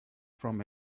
from